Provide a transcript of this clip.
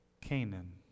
Canaan